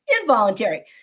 involuntary